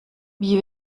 wie